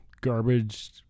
garbage